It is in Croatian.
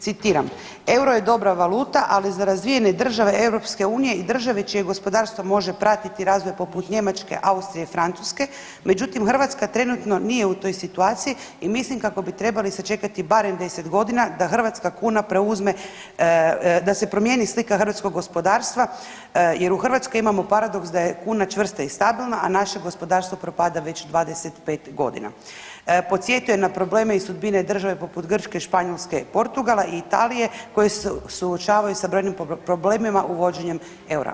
Citiram „Euro je dobra valuta, ali za razvijene države EU i države čije gospodarstvo može pratiti razvoj poput Njemačke, Austrije, Francuske, međutim Hrvatska trenutno nije u toj situaciji i mislim kako bi trebali sačekati barem deset godina da hrvatska kuna preuzme da se promijeni slika hrvatskog gospodarstva jer u Hrvatskoj imamo paradoks da je kuna čvrsta i stabilna, a naše gospodarstvo propada već 25 godina.“ Podsjetio je i na probleme i sudbine države poput Grčke, Španjolske, Portugala i Italije koje se suočavaju sa brojnim problemima uvođenjem eura.